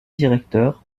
directeur